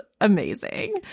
amazing